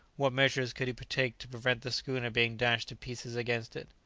what measures could he take to prevent the schooner being dashed to pieces against it?